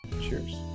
cheers